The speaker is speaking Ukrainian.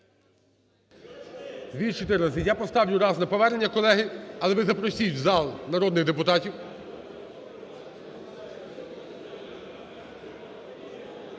11:42:55 За-214 Я поставлю раз на повернення, колеги. Але ви запросіть в зал народних депутатів.